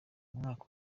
umwaka